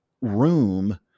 room